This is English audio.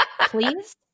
please